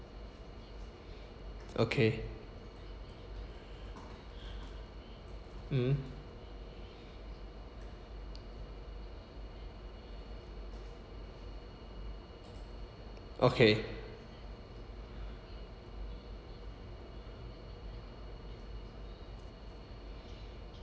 okay mm okay